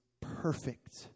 perfect